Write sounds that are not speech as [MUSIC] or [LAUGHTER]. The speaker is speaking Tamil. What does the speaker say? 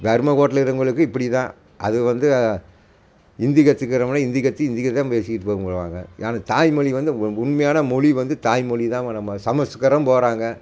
வறுமை கோட்டில் இருக்கிறவுங்களுக்கு இப்படிதான் அது வந்து ஹிந்தி கத்துக்குறவங்களே ஹிந்தி கற்று ஹிந்தியில் தான் பேசிகிட்டு [UNINTELLIGIBLE] ஏன்னா தாய்மொழி வந்து உண்மையான மொழி வந்து தாய் மொழி தாங்க நம்ம சமஸ்கிருதம் போகிறாங்க